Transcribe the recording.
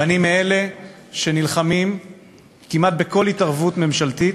ואני מאלה שנלחמים כמעט בכל התערבות ממשלתית,